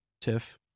Tiff